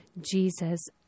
Jesus